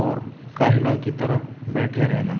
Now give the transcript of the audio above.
اور کاہلوں کی طرح بیٹھے رہنا